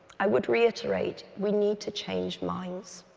i would reiterate we need to change minds.